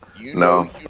No